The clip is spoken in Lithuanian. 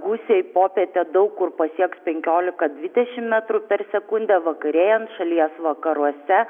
gūsiai popietę daug kur pasieks penkiolika dvidešimt metrų per sekundę vakarėjant šalies vakaruose